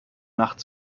nacht